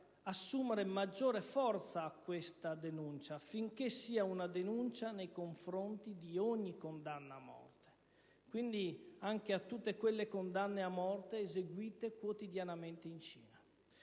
assumere maggiore forza a questa denuncia, affinché sia una denuncia nei confronti di ogni condanna a morte, quindi anche di tutte quelle condanne a morte eseguite quotidianamente in Cina.